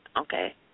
Okay